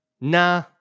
nah